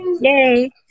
Yay